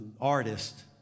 artist